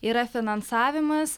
yra finansavimas